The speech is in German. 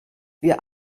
wir